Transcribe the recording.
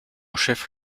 chef